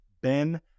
Ben